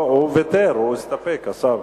הוא ויתר, הוא הסתפק, השר.